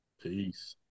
Peace